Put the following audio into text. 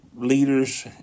leaders